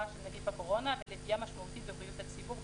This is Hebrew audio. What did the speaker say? של נגיף הקורונה ולפגיעה משמעותית בבריאות הציבור.